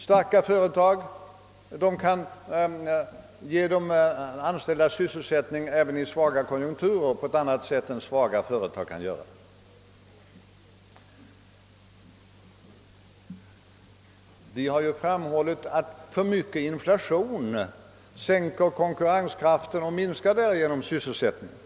Starka företag kan ge de anställda sysselsättning även i svaga konjunkturer på ett annat sätt än svaga företag kan göra. Vi har ju framhållit att för mycket inflation sänker konkurrenskraften och minskar därigenom sysselsättningen.